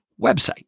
website